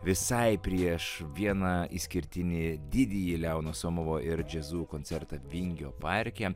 visai prieš vieną išskirtinį didįjį leono somovo ir džiazu koncertą vingio parke